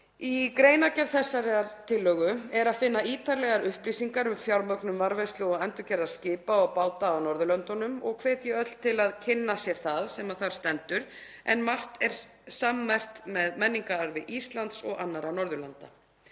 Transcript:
Í greinargerð þessarar tillögu er að finna ítarlegar upplýsingar um fjármögnun varðveislu og endurgerðar skipa og báta á Norðurlöndunum og hvet ég öll til að kynna sér það sem þar stendur, en margt er sammerkt með menningararfi Íslands og annarra Norðurlanda